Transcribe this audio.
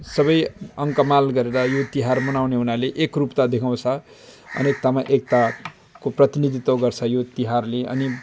सबै अङ्कमाल गरेर यो तिहार मनाउने हुनाले एकरूपता देखाउँछ अनेकतामा एकताको प्रतिनिधित्व गर्छ यो तिहारले अनि